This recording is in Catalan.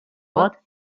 vot